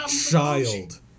child